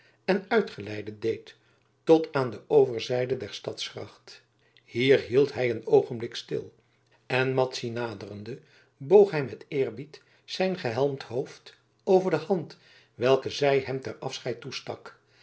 en uitgeleide deed tot aan de overzijde der stadsgracht hier hield hij een oogenblik stil en madzy naderende boog hij met eerbied zijn gehelmd hoofd over de hand welke zij hem ter afscheid toestak